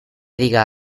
diga